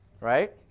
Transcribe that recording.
right